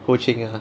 ho ching ah